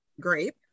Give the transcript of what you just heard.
grape